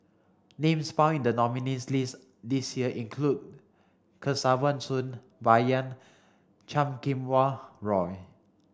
names found the nominees' list this year include Kesavan Soon Bai Yan Chan Kum Wah Roy